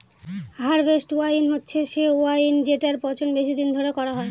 harvest wine হচ্ছে সে wine যেটার পচন বেশি দিন ধরে করা হয়